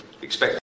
Expect